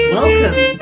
Welcome